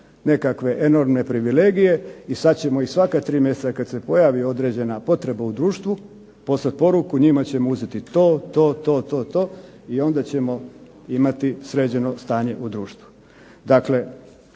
nekakve enormne privilegije i sada ćemo im svaka dva tri mjeseca kada se pojavi određena potreba u društvu poslati poruku, njima ćemo uzeti to, to to i to, i onda ćemo imati sređeno stanje u društvu.